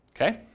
Okay